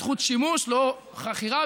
וזו זכות שימוש ולא חכירה,